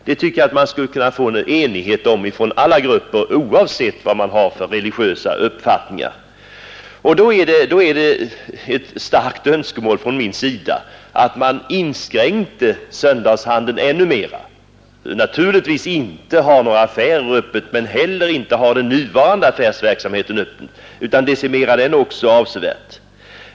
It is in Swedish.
Det tycker jag man skulle få enighet om ifrån alla grupper, oavsett vad man har för religiösa uppfattningar. Då är det ett starkt önskemål från min sida, att man inskränker söndagshandeln ännu mer, att naturligtvis inte ha några affärer öppna men heller inte ha den nuvarande affärsverksamheten i form av kiosker 0. d. öppen utan decimera den också avsevärt.